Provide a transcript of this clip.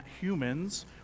humans